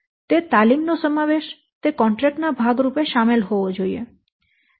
તેથી તે તાલીમ નો સમાવેશ તે કોન્ટ્રેક્ટ ના ભાગ રૂપે શામેલ થવો જોઈએ